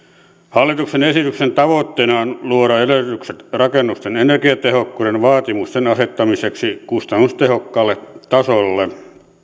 hallituksen esityksen tavoitteena on luoda edellytykset rakennusten energiatehokkuuden vaatimusten asettamiseksi kustannustehokkaalle tasolle